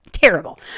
terrible